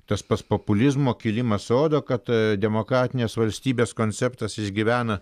tas pats populizmo kilimas rodo kad demokratinės valstybės konceptas išgyvena